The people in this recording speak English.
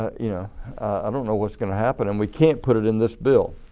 ah yeah um don't know what is going to happen and we can't put it in this bill.